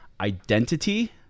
identity